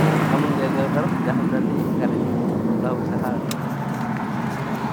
Amun gagal tarus, dah berati kada cocok beulah usaha tu.